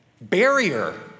barrier